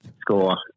score